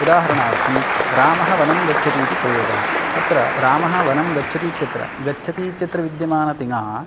उदाहरणार्थं रामः वनं गच्छति इति प्रयोगः अत्र रामः वनं गच्छति इत्यत्र गच्छति इत्यत्र विद्यमानतिङ्गः